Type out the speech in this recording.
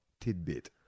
tidbit